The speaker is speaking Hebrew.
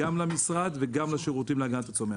גם למשרד וגם לשירותים להגנת הצומח.